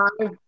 five